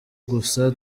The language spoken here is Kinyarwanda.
gusa